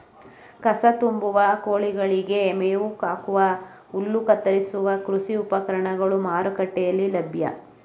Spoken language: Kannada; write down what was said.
ಕಸ ತುಂಬುವ, ಕೋಳಿಗಳಿಗೆ ಮೇವು ಹಾಕುವ, ಹುಲ್ಲು ಕತ್ತರಿಸುವ ಕೃಷಿ ಉಪಕರಣಗಳು ಮಾರುಕಟ್ಟೆಯಲ್ಲಿ ಲಭ್ಯ